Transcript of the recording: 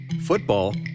football